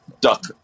Duck